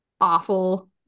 awful